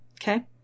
okay